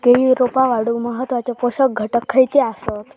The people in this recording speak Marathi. केळी रोपा वाढूक महत्वाचे पोषक घटक खयचे आसत?